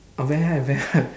oh very high very high